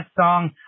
song